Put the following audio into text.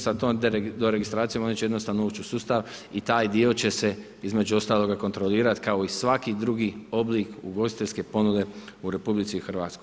Sa tom doregistracijom oni će jednostavno ući u sustav i taj dio će se između ostalog kontrolirati kao i svaki drugi oblik ugostiteljske ponude u RH.